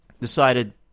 decided